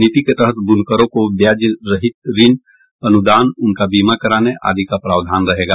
नीति के तहत बुनकरों को ब्याज रहित ऋण अनुदान उनका बीमा कराने आदि का प्रावधान रहेगा